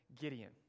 Gideon